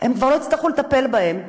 הם כבר לא יצטרכו לטפל בהם.